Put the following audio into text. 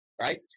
right